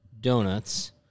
donuts